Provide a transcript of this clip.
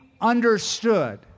understood